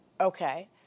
Okay